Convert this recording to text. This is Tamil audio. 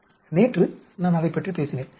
நேற்று நான் அதைப் பற்றி பேசினேன்